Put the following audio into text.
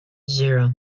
zero